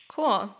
Cool